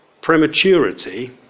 Prematurity